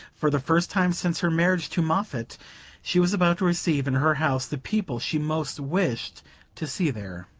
for the first time since her marriage to moffatt she was about to receive in her house the people she most wished to see there.